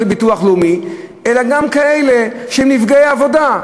לביטוח לאומי אלא גם לכאלה שהם נפגעי עבודה.